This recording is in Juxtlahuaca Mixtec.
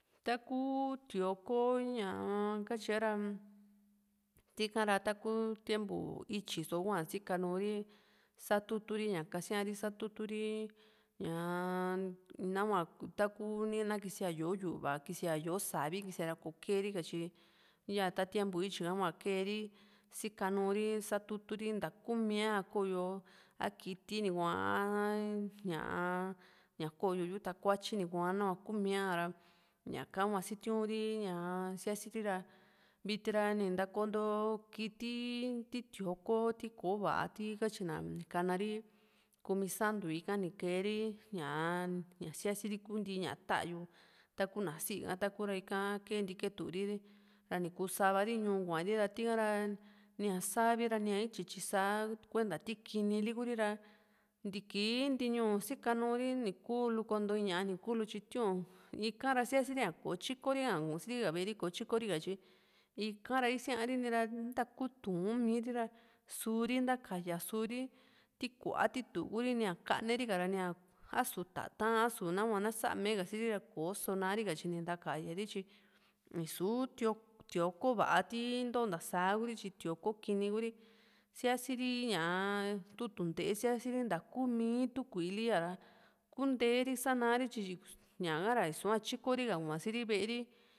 taku tío´ko ñaa katye ra tika ra taku tiempu ityi só hua sikanuri satuturi ña kasíari satuturi ñaa nahua taku ni ná kisia yó´o yu´va kisia yó´o savi kisia ra kò´o keeri ka tyi ya ta tiempu ityi ka hua keeri sikanuri satuturi ta kuumía ko´yo a kiti ni ku´aa a ña ko´yo yu´u takuatyi ní kuaa a nahua kuumía ra ñaka hua sitiunri ña sia´siri ra viti ra nintakonto kiti ti tío´ko ti kò´o va´a katyina ni kanari kumisantu ika ni keeri ña sia´siri kuunti ña ta´yu taku ná sii ha takuu ra ika keenti ketu ri ra ni kuu sva ri ñuu kua´ri ra tika ra nii a savi ra ni a ´tyi ra sá kuenta ti ki´ni li kuuri ra ntiki ntiiñuu siaknu ri ni kuulu konto ñáa ni kuulu tyi tiu´n ika ra sia´siri a kò´o tyikori´a kuusiri ve´e rika ko tyikori ka tyi ika ra isia´ri ni ra nta kuu tuun miiri ra suur´i ntaka´ya suu´ri tiku´a ti tuu kuu´ri nía kaneeri ka nía a´su tata´n a´su nahua na sa´me ka siiri ra ko´so naa ri ka tyi ni ntakaya ri tyi ni su tío´ko va´a ti ntoo ntasá ha Kuri tyi tío´ko kiní kuu´ri sia´siri ñáa tu tunte´e sia´siri ntakumii tu kui´i li kuntee ri sa´na ri tyi ñaha ra i´sua tyiko ri ka kuasi ri ve´e ri